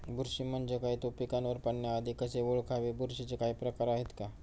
बुरशी म्हणजे काय? तो पिकावर पडण्याआधी कसे ओळखावे? बुरशीचे काही प्रकार आहेत का?